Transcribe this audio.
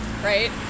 right